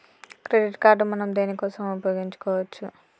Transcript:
Credit card మనం దేనికోసం ఉపయోగించుకోవచ్చు?